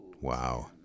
Wow